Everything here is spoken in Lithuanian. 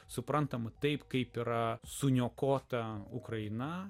suprantama taip kaip yra suniokotą ukrainą